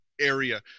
area